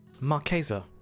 Marquesa